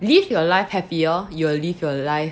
live your life happier you will live your life